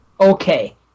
Okay